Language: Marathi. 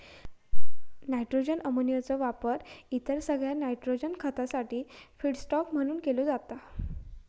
नायट्रोजन अमोनियाचो वापर इतर सगळ्या नायट्रोजन खतासाठी फीडस्टॉक म्हणान केलो जाता